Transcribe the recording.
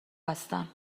هستم